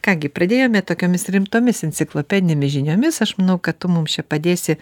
ką gi pradėjome tokiomis rimtomis enciklopedinėmis žiniomis aš manau kad tu mums čia padėsi